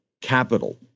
capital